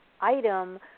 item